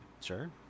Sure